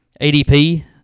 ADP